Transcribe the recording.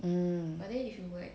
um